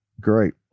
Great